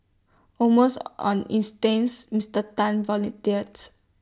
almost on instincts Mister Tan volunteered